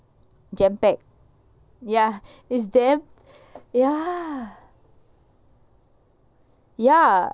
jam packed ya is damn ya ya